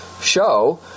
show